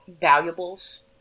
Valuables